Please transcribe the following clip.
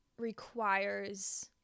requires